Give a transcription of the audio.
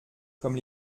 comme